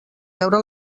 veure